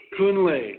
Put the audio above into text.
Kunle